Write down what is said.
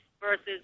versus